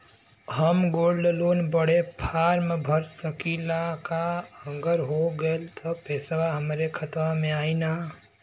हम gold loan बड़े form भर सकी ला का अगर हो गैल त पेसवा हमरे खतवा में आई ना?